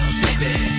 baby